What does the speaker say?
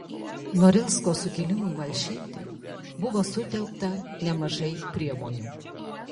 norilsko sukilimui malšinti buvo sutelkta nemažai priemonių